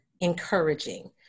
encouraging